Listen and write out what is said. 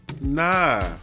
nah